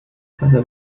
cada